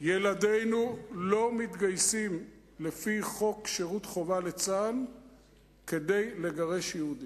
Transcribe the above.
ילדינו לא מתגייסים לפי חוק שירות חובה לצה"ל כדי לגרש יהודים.